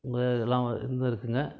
உங்க எல்லாம் இருந்துருக்குங்க